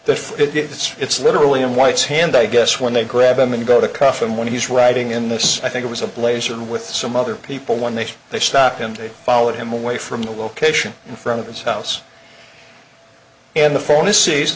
that fits it's literally in white's hand i guess when they grab him and go to cuff him when he's writing in this i think it was a blazer and with some other people when they say they stopped him they followed him away from the location in front of his house and the phone a se